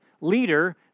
leader